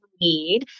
need